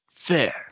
fair